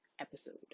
episode